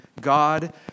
God